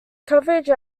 coverage